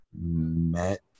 met